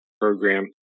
program